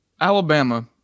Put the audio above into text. Alabama